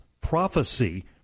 prophecy